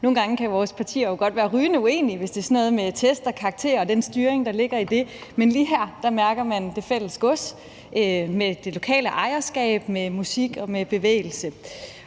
Nogle gange kan vores partier jo godt være rygende uenige, hvis det handler om sådan noget med test og karakterer og den styring, der ligger i det. Men lige her mærker man det fælles gods med det lokale ejerskab, med musik og med bevægelse.